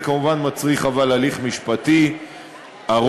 אבל זה כמובן מצריך הליך משפטי ארוך.